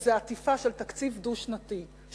איזו עטיפה של תקציב דו-שנתי,